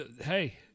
hey